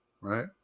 Right